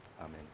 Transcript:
amen